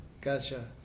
Gotcha